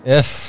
Yes